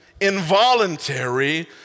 involuntary